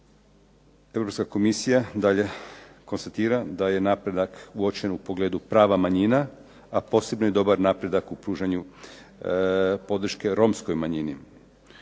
Europska komisija dalje konstatira da je napredak uočen u pogledu prava manjina, a posebno je dobar napredak u pružanju podrške romskoj manjini,